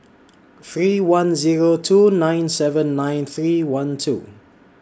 three one Zero two nine seven nine three one two